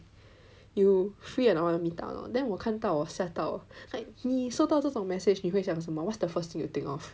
you free a not want meet up a not then 我看到我吓到 like 你收到这种 message 你会想什么 what's the first thing you think of